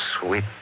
sweet